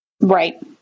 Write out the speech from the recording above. Right